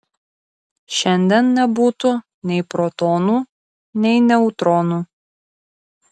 šiandien nebūtų nei protonų nei neutronų